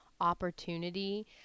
opportunity